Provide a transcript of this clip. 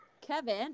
kevin